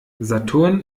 saturn